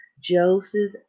Joseph